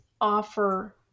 offer